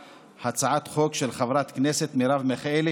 הצעת חוק של חברת הכנסת מרב מיכאלי,